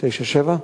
כן.